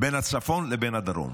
בין הצפון לבין הדרום.